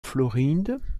floride